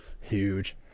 Huge